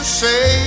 say